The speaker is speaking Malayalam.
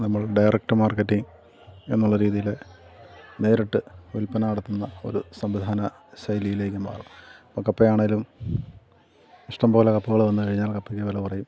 നമ്മൾ ഡയറക്റ്റ് മാർക്കറ്റിങ് എന്നുള്ള രീതിയിൽ നേരിട്ട് വിൽപ്പന നടത്തുന്ന ഒരു സംവിധാന ശൈലിയിലേക്ക് മാറും ഇപ്പം കപ്പയാണെങ്കിലും ഇഷ്ടം പോലെ കപ്പകൾ വന്നു കഴിഞ്ഞാൽ കപ്പയ്ക്ക് വില കുറയും